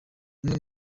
bamwe